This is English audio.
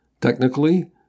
Technically